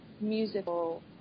musical